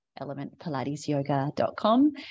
elementpilatesyoga.com